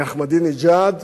מאחמדינג'אד